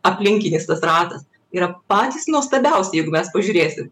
aplinkybės tas ratas yra patys nuostabiausi jeigu mes pažiūrėsim